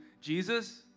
Jesus